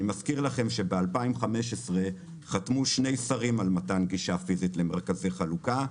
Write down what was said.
אני מזכיר לכך שב-2015 חתמו שני שרים על מתן גישה פיזית למרכזי חלוקה.